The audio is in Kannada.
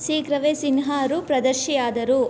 ಶೀಘ್ರವೇ ಸಿನ್ಹಾರು ಪ್ರದರ್ಶಿಯಾದರು